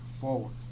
forward